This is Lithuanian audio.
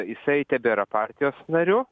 jisai tebėra partijos nariu